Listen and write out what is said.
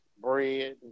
bread